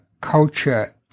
culture